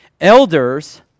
elders